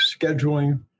scheduling